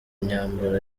imyambaro